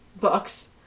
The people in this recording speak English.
books